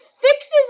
fixes